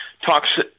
talks